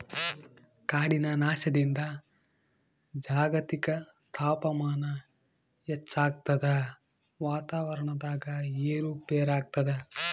ಕಾಡಿನ ನಾಶದಿಂದ ಜಾಗತಿಕ ತಾಪಮಾನ ಹೆಚ್ಚಾಗ್ತದ ವಾತಾವರಣದಾಗ ಏರು ಪೇರಾಗ್ತದ